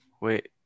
Wait